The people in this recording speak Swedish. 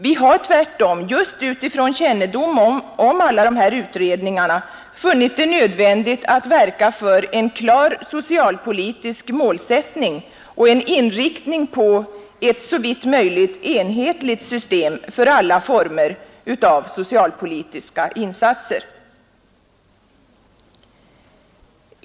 Vi har tvärtom just utifrån kännedom om alla dessa utredningar funnit det nödvändigt att verka för en klar socialpolitisk målsättning och inriktning på ett såvitt möjligt enhetligt system för alla former av socialpolitiska insatser.